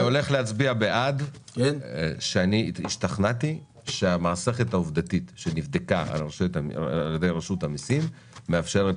אני מצביע שהשתכנעתי שהמסכת העובדתית שנבדקה על ידי רשות המיסים מאפשרת